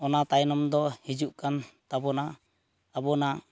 ᱚᱱᱟ ᱛᱟᱭᱱᱚᱢ ᱫᱚ ᱦᱤᱡᱩᱜ ᱠᱟᱱ ᱛᱟᱵᱚᱱᱟ ᱟᱵᱚᱱᱟᱜ